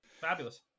Fabulous